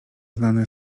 znany